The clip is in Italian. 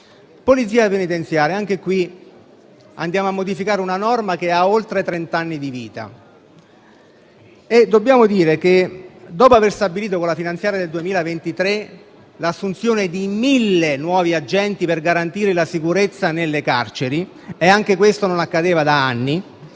Polizia penitenziaria, anche qui andiamo a modificare una norma che ha oltre trent'anni di vita e dobbiamo dire che, dopo aver stabilito con la finanziaria del 2023 l'assunzione di mille nuovi agenti per garantire la sicurezza nelle carceri (anche questo non accadeva da anni),